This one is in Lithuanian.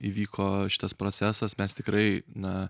įvyko šitas procesas mes tikrai na